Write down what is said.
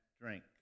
drink